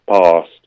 past